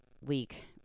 week